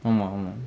ஆமா ஆமா:aamaa aamaa